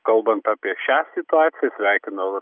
kalbant apie šią situaciją sveikinu